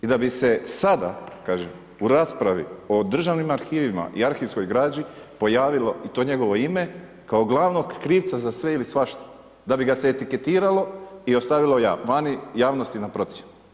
I da bi se sada u raspravi, o državnim arhivima i arhivskoj građi pojavilo i to njegovo ime kao glavnog krivca za sve ili svašta, da bi ga se etiketiralo i ostavilo vani, javnosti na procjenu.